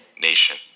nation